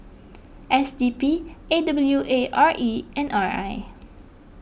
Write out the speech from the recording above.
S D P A W A R E and R I